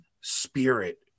spirit